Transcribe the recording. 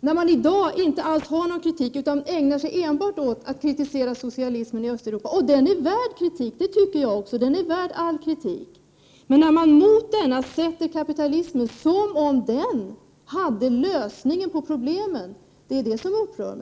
— det förekommer inte alls någon kritik — och ägnar sig enbart åt att kritisera socialismen i Östeuropa. Och den är värd all kritik — det tycker jag också. Det är när man mot denna framställer kapitalismen som om den hade lösningen på problemen som jag blir upprörd.